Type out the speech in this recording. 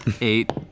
Eight